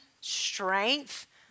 strength